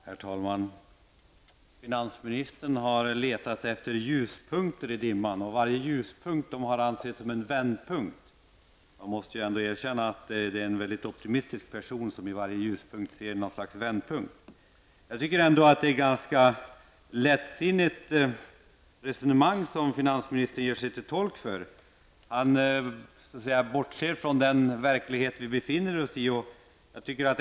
Herr talman! Finansministern har letat efter ljuspunkter i dimman, och varje ljuspunkt han funnit har han sett som en vändpunkt. Jag måste erkänna att jag tycker att det är en mycket optimistisk person som i varje ljuspunkt ser någon slags vändpunkt. Jag tycker att det är ett ganska lättsinnigt resonemang som finansministern för. Han bortser från den verklighet som vi befinner oss i.